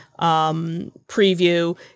preview